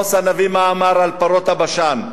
מה עמוס הנביא אמר על פרות הבשן,